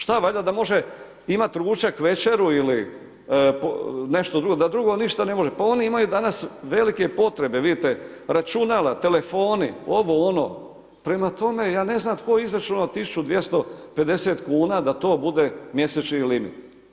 Šta valjda da može imati ručak, večeru ili nešto drugo, da drugo ništa ne može, pa oni imaju danas velike potrebe, vidite računala, telefoni, ovo, ono, prema tome ja ne znam tko je izračunao 1.250 kuna da to bude mjesečni limit.